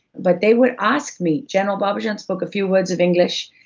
but they would ask me. general babajan spoke a few words of english,